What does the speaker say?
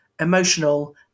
emotional